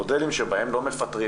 מודלים שבהם לא מפטרים,